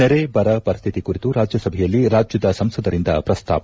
ನೆರೆ ಬರ ಪರಿಸ್ವಿತಿ ಕುರಿತು ರಾಜ್ಯಸಭೆಯಲ್ಲಿ ರಾಜ್ಯದ ಸಂಸದರಿಂದ ಪ್ರಸ್ತಾಪ